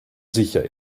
sicher